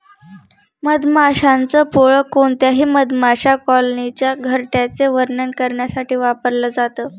मधमाशांच पोळ कोणत्याही मधमाशा कॉलनीच्या घरट्याचे वर्णन करण्यासाठी वापरल जात